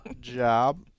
job